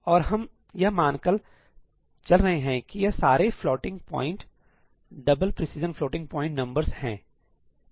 और हम यह मानकर चल रहे हैं कि यह सारे floating point double precision floating point numbers है